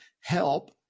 help